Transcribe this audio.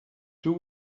two